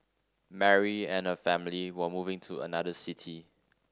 Mary and her family were moving to another city